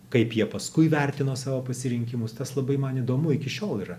kaip jie paskui vertino savo pasirinkimus tas labai man įdomu iki šiol yra